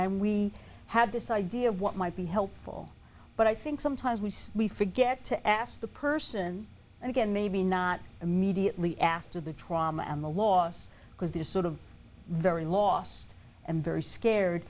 and we have this idea of what might be helpful but i think sometimes we we forget to ask the person and again maybe not immediately after the trauma and the loss because they're sort of very lost and very scared